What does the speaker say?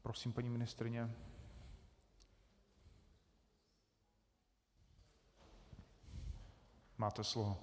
Prosím, paní ministryně, máte slovo.